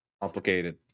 complicated